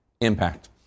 impact